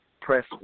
press